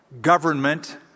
government